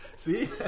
See